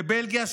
בבלגיה,